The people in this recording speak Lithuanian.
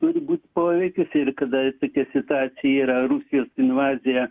turi būt poveikis ir kada tokia situacija yra rusijos invazija